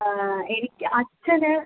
ആ എനിക്ക് അച്ഛന്